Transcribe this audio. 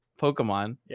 Pokemon